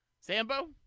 Sambo